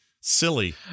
silly